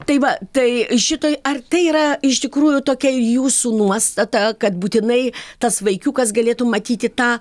tai va tai šitai ar tai yra iš tikrųjų tokia jūsų nuostata kad būtinai tas vaikiukas galėtų matyti tą